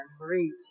reach